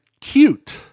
cute